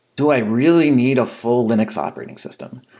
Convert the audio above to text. do i really need a full linux operating system?